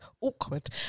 awkward